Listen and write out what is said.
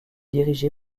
dirigé